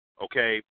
okay